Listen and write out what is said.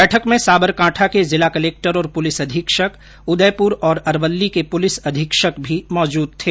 बैठक में साबरकांठा के जिला कलेक्टर और पुलिस अधीक्षक उदयपुर और अरवल्ली के पुलिस अधीक्षक भी मौजूद थे